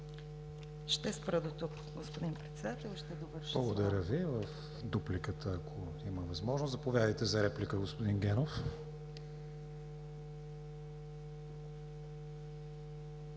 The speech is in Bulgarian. Ще спра до тук, господин Председател,